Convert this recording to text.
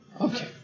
Okay